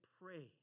pray